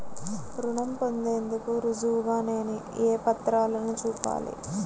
రుణం పొందేందుకు రుజువుగా నేను ఏ పత్రాలను చూపాలి?